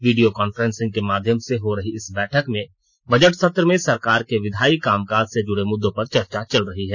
video conferencing के माध्यम से हो रही इस बैठक में बजट सत्र में सरकार के विधायी कामकाज से जुड़े मुद्दों पर चर्चा चल रही है